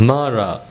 Mara